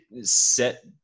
set